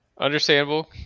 understandable